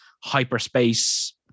hyperspace